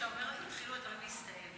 כשאתה אומר התחילו הדברים להסתאב,